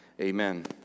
Amen